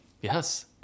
Yes